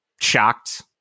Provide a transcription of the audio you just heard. shocked